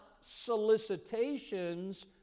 solicitations